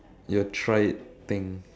your try it thing